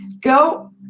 Go